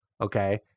okay